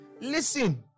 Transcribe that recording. Listen